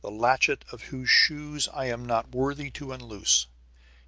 the latchet of whose shoes i am not worthy to unloose